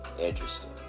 Interesting